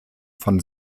von